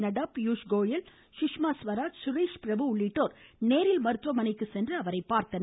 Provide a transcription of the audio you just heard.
நட்டா பியூஷ் கோயல் சுஷ்மா ஸ்வராஜ் சுரேஷ்பிரபு உள்ளிட்டோர் நேரில் மருத்துவமனைக்கு சென்று அவரை பார்த்தனர்